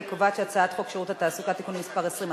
אני קובעת שחוק שירות התעסוקה (תיקון מס' 20),